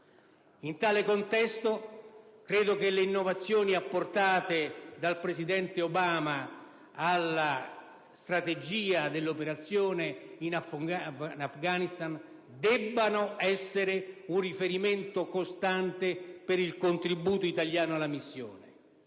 In tale contesto, le innovazioni apportate dal presidente Obama alla strategia dell'operazione in Afghanistan devono essere un riferimento costante per il contributo italiano alla missione.